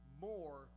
more